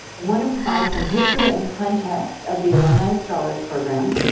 want to provide some history and context of the alumni scholars program.